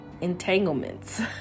entanglements